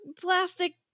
plastic